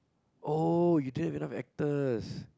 !oh! you didn't have enough actors